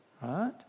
right